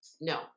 No